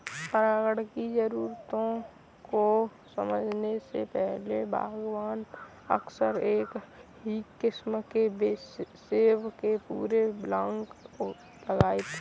परागण की जरूरतों को समझने से पहले, बागवान अक्सर एक ही किस्म के सेब के पूरे ब्लॉक लगाते थे